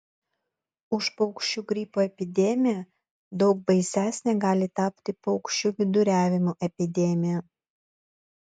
už paukščių gripo epidemiją daug baisesne gali tapti paukščių viduriavimo epidemija